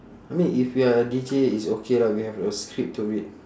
I mean if you are a deejay it's okay lah we have a script to read